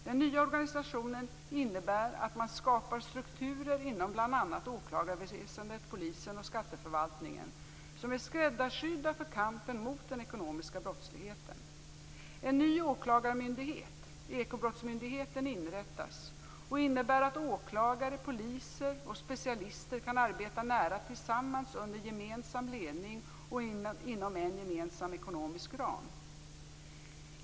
Den nya organisationen innebär att man skapar strukturer bl.a. åklagarväsendet, polisen och skatteförvaltningen som är skräddarsydda för kampen mot den ekonomiska brottsligheten. En ny åklagarmyndighet, Ekobrottsmyndigheten, inrättas och innebär att åklagare, poliser och specialister kan arbeta nära tillsammans under gemensam ledning och inom en gemensam ekonomisk ram.